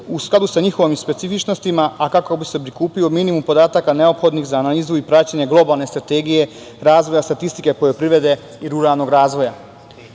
u skladu sa njihovim specifičnostima, a kako bi se prikupio minimum podataka neophodnih za analizu i praćenje globalne strategije razvoja statistike poljoprivrede i ruralnog razvoja. Shodno